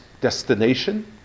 destination